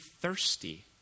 thirsty